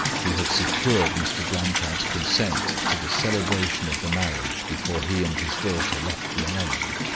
he had secured mr. blanchard's consent to the celebration of the marriage before he and his daughter left the island.